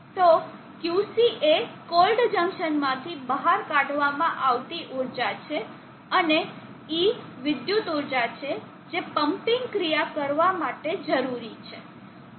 તો Qc એ cold જંકશનમાંથી બહાર કાઢવામાં આવતી ઊર્જા છે અને E વિદ્યુત ઊર્જા છે જે પંપીંગ ક્રિયા કરવા માટે જરૂરી છે